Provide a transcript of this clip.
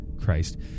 Christ